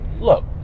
look